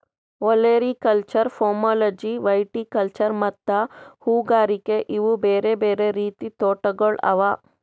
olericulture, pomology, viticulture ಮತ್ತ ಹೂಗಾರಿಕೆ ಇವು ಬೇರೆ ಬೇರೆ ರೀತಿದ್ ತೋಟಗೊಳ್ ಅವಾ